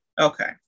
Okay